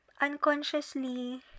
unconsciously